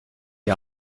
die